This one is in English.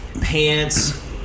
pants